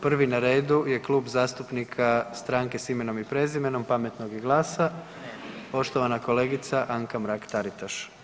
Prvi na redu je Klub zastupnika Stranke sa Imenom i Prezimenom, Pametnog i GLAS-a poštovana kolegica Anka Mrak Taritaš.